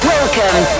Welcome